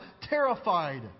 terrified